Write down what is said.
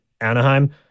Anaheim